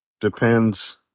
Depends